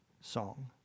song